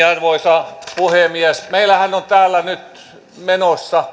arvoisa puhemies meillähän on täällä parlamentissa nyt menossa